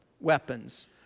weapons